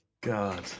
god